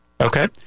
Okay